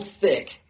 thick